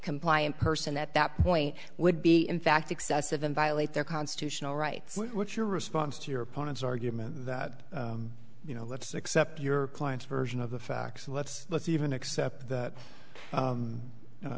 compliant person at that point would be in fact excessive and violate their constitutional rights what's your response to your opponent's argument that you know let's accept your client's version of the facts let's let's even accept that